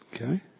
Okay